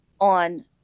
on